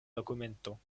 dokumento